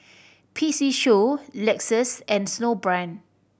P C Show Lexus and Snowbrand